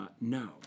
no